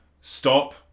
stop